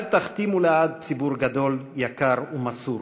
אל תכתימו לעד ציבור גדול, יקר ומסור,